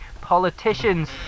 politicians